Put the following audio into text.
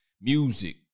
music